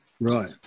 Right